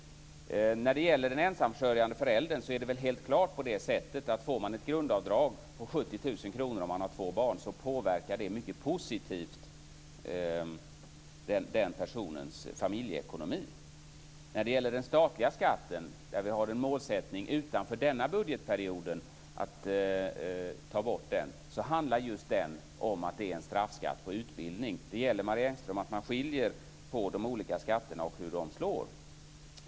När det gäller den ensamförsörjande föräldern är det väl helt klart på det sättet att om man har två barn och får ett grundavdrag på 70 000 kr, påverkar det mycket positivt den personens familjeekonomi. Vår målsättning att efter denna budgetperiod ta bort den statliga skatten handlar just om att det är en straffskatt på utbildning. Det gäller, Marie Engström, att man skiljer på de olika skatterna och hur de slår.